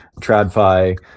TradFi